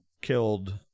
killed